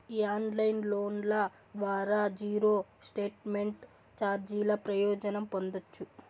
ఈ ఆన్లైన్ లోన్ల ద్వారా జీరో స్టేట్మెంట్ చార్జీల ప్రయోజనం పొందచ్చు